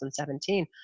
2017